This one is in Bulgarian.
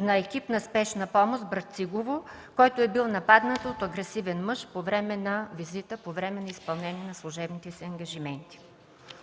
с екип на Спешна помощ в Брацигово, който е бил нападнат от агресивен мъж по време на визита, по време на изпълнение на служебните си ангажименти.